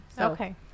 Okay